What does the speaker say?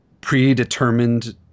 predetermined